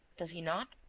does he not?